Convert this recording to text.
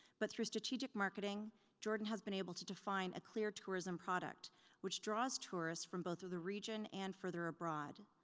but through strategic marketing jordan has been able to define a clear tourism product which draws tourists from both of the region and further abroad.